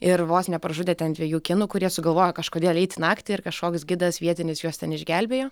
ir vos nepražudė ten dviejų kinų kurie sugalvojo kažkodėl eiti naktį ir kažkoks gidas vietinis juos ten išgelbėjo